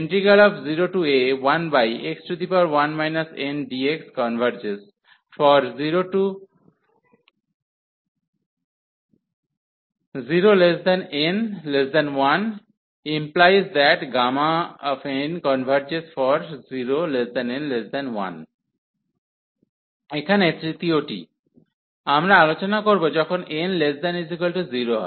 0a1x1 ndxconvegesfor0n1⟹Γn converges for 0n1 এখন তৃতীয়টি আমরা আলোচনা করব যখন n≤0